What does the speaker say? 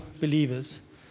believers